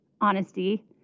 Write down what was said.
honesty